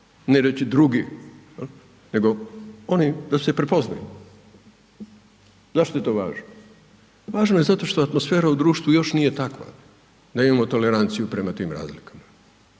ne reći drugi nego oni da se prepoznaju. Zašto je to važno? Zato što atmosfera u društvu još nije takva da imamo toleranciju prema tim razlikama.